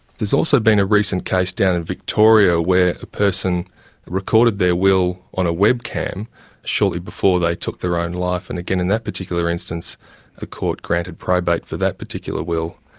has also been a recent case down in victoria where a person recorded their will on a webcam shortly before they took their own life. and again, in that particular instance a court granted probate for that particular will.